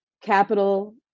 capital